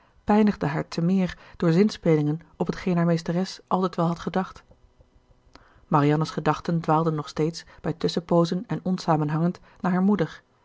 pijnigde haar te meer door zinspelingen op t geen haar meesteres altijd wel had gedacht marianne's gedachten dwaalden nog steeds bij tusschenpoozen en onsamenhangend naar hare moeder